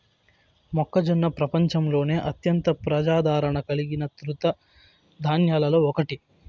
మొక్కజొన్న ప్రపంచంలోనే అత్యంత ప్రజాదారణ కలిగిన తృణ ధాన్యాలలో ఒకటి